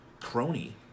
crony